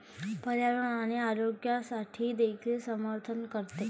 पर्यावरण आणि आरोग्यासाठी देखील समर्थन करते